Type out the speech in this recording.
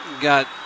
got